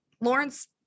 Lawrence